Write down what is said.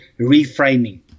reframing